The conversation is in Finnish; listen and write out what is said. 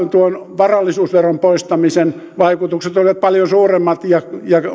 varallisuusveron poistamisen vaikutukset olivat paljon suuremmat ja